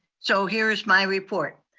so here's my report.